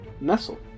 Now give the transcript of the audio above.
Nestle